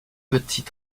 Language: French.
petits